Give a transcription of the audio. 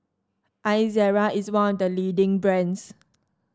Ezerra is one of the leading brands